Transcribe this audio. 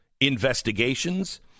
investigations